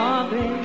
baby